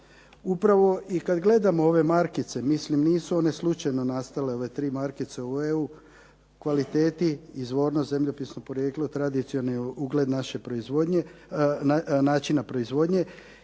Upravo i kad gledamo ove markice, mislim nisu one slučajno nastale ove tri markice u EU kvaliteti, izvornost, zemljopisno porijeklo, tradicionalni ugled naše proizvodnje,